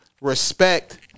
respect